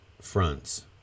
fronts